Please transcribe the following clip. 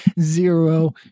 zero